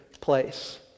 place